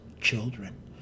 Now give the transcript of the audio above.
children